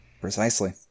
precisely